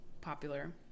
popular